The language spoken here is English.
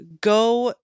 Go